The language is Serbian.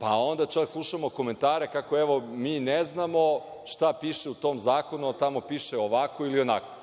Onda čak slušamo komentare kako evo mi ne znamo šta piše u tom zakonu, tamo piše ovako ili onako.